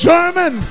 German